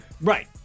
right